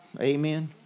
Amen